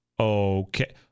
Okay